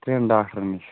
ترٛٮ۪ن ڈاکٹرَن نِش